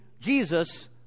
Jesus